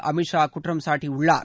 அமித் ஷா குற்றம் சாட்டியுள்ளார்